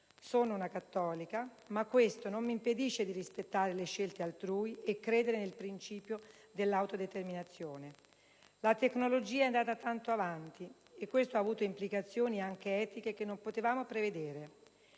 Sono cattolica, ma questo non mi impedisce di rispettare le scelte altrui e credere nel principio dell'autodeterminazione. La tecnologia è andata tanto avanti e questo ha avuto implicazioni anche etiche che non potevamo prevedere.